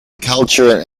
culture